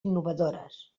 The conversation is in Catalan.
innovadores